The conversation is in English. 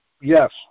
Yes